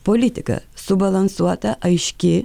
politika subalansuota aiški